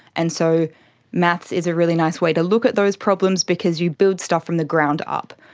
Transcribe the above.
and so maths is a really nice way to look at those problems because you build stuff from the ground up.